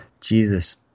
Jesus